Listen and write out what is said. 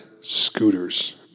scooters